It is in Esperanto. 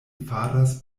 faras